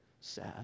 sad